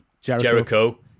Jericho